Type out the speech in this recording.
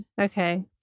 okay